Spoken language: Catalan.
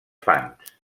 fans